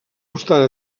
obstant